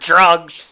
drugs